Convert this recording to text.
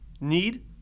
need